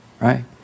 right